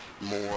more